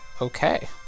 okay